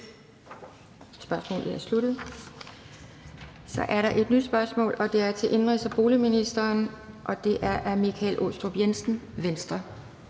Spørgsmålet er sluttet. Så er der et nyt spørgsmål. Det er til indenrigs- og boligministeren, og det er af hr. Michael Aastrup Jensen, Venstre.